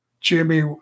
Jimmy